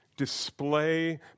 display